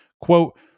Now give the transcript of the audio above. Quote